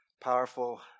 powerful